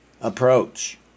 approach